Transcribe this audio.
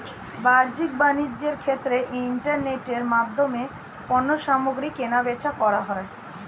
বাহ্যিক বাণিজ্যের ক্ষেত্রে ইন্টারনেটের মাধ্যমে পণ্যসামগ্রী কেনাবেচা করা হয়